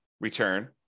return